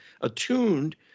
attuned